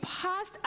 past